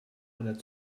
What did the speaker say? einer